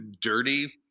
dirty